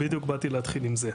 בדיוק באתי להתחיל עם זה.